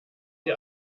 die